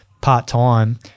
part-time